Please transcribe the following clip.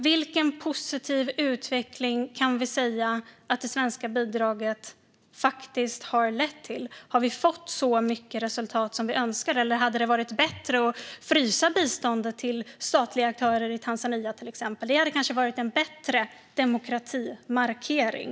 Vilken positiv utveckling kan vi säga att det svenska bidraget faktiskt har lett till? Har vi fått så mycket resultat som vi önskade, eller hade det varit bättre att frysa biståndet till statliga aktörer i Tanzania till exempel? Det hade kanske varit en bättre demokratimarkering.